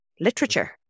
literature